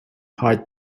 hard